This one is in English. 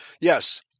yes